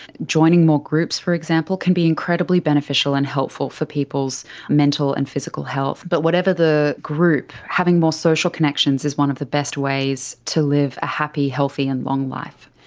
joining more groups for example, can be incredibly beneficial and helpful for people's mental and physical health. but whatever the group, having more social connections is one of the best ways to live a happy, healthy and long life.